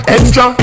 Extra